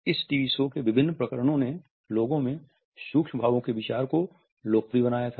इस TV show के विभिन्न प्रकरणों ने लोगों में सूक्ष्म भावों के विचार को लोकप्रिय बनाया था